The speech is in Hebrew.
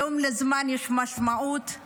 היום יש משמעות לזמן.